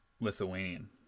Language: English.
Lithuanian